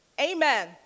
Amen